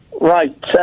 Right